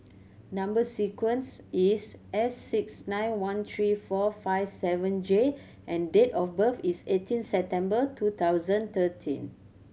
number sequence is S six nine one three four five seven J and date of birth is eighteen September two thousand thirteen